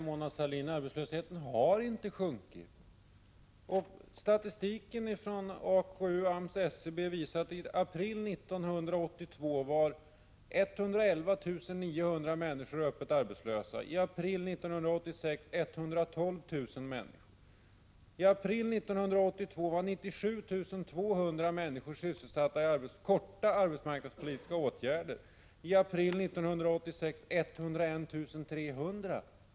Herr talman! Nej, arbetslösheten har inte sjunkit, Mona Sahlin. Statistiken från AKU, AMS och SCB visar att i april 1982 var 111 900 personer öppet arbetslösa, i april 1986 112 000. I april 1982 var 97 200 personer sysselsatta i korta arbetsmarknadspolitiska åtgärder, i april 1986 var det 101 300.